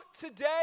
today